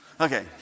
Okay